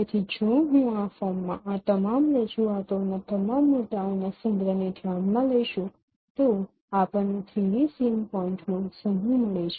તેથી જો હું આ ફોર્મમાં આ તમામ રજૂઆતોના તમામ મુદ્દાઓના સંગ્રહને ધ્યાનમાં લઈશું તો આપણને 3 ડી સીન પોઇન્ટનો સમૂહ મળે છે